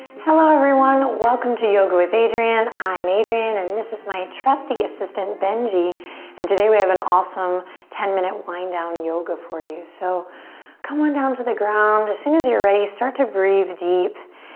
hello everyone. welcome to yoga with adriene. i'm adriene and this is my trusty assistant benji and today we have an awesome ten minute wind down yoga for you. so come on down to the ground. as soon as you're ready start to breathe deep.